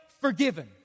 forgiven